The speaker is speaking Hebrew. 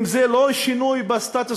אם זה לא שינוי בסטטוס-קוו,